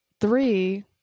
Three